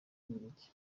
bubiligi